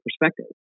perspective